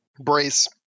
Brace